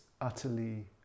utterly